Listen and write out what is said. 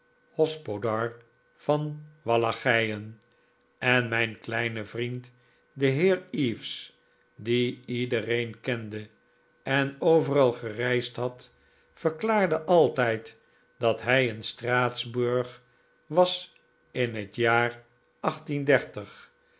hospodar van wallachijen en mijn kleine vriend de heer eaves die iedereen kende en overal gereisd had verklaarde altijd dat hij in straatsburg was in het jaar